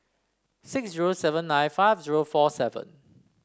six zero seven nine five zero four seven